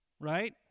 right